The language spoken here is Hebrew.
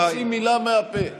לא הוציא מילה מהפה 13 דקות,